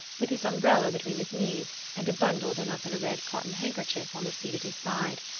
with his umbrella between his knees and a bundle done up in a red cotton handkerchief on the seat at his side.